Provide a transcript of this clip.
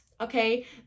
Okay